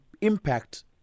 impact